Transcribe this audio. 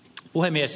puhemies